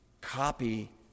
copy